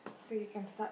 so you can start